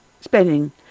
spending